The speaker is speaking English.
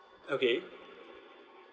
okay